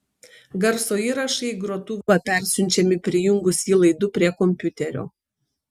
garso įrašai į grotuvą persiunčiami prijungus jį laidu prie kompiuterio